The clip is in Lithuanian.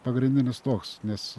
pagrindinis toks nes